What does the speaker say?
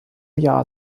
jahr